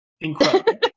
Incredible